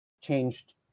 changed